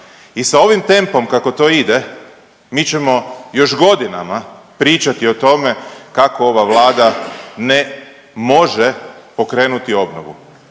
I sa ovim tempom kako to ide mi ćemo još godinama pričati o tome kako ova Vlada ne može pokrenuti obnovu.